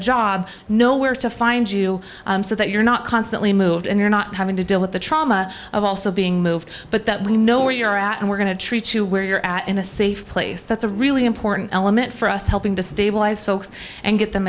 job know where to find you so that you're not constantly moved and you're not having to deal with the trauma of also being moved but that we know where you're at and we're going to treat you where you're at in a safe place that's a really important element for us helping to stabilize folks and get them